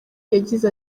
yagize